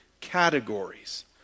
categories